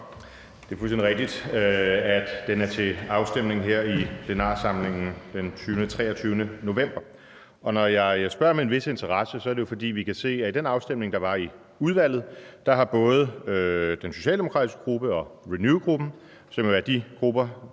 Det er fuldstændig rigtigt, at den er til afstemning i plenarforsamlingen her den 23. november. Når jeg spørger med en vis interesse, er det jo, fordi vi kan se, at ved den afstemning, der var i udvalget, har både den socialdemokratiske gruppe og Renew Europe-gruppen, som er de grupper,